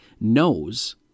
knows